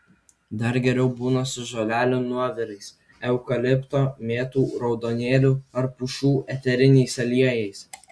dar geriau būna su žolelių nuovirais eukalipto mėtų raudonėlių ar pušų eteriniais aliejais